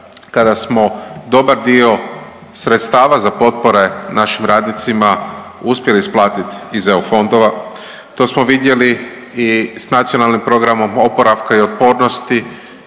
kada smo dobar dio sredstava za potpore našim radnicima uspjeli isplatiti iz EU fondova. To smo vidjeli i s Nacionalnim planom oporavka i otpornosti